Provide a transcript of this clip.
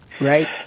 Right